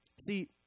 See